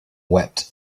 wept